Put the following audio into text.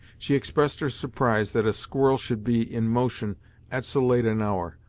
she expressed her surprise that a squirrel should be in motion at so late an hour,